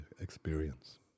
experience